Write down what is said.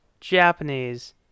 Japanese